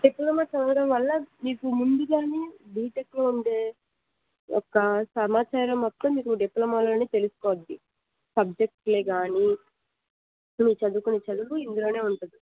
diploma చదవడం వల్ల నీకు ముందుగా బీటెక్లో ఉండే ఒక సమాచారం మొత్తం మీకు డిప్లమాలో తెలిసిపోద్ది సబ్జెక్టులు కానీ మీరు చదువుకునే చదువు ఇందులో ఉంటుంది